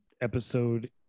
episode